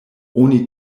oni